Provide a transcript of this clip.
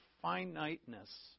finiteness